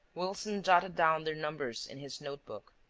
wilson jotted down their numbers in his note-book.